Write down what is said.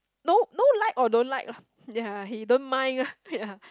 no no like or don't like lah ya he don't mind ah ya